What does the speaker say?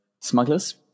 smugglers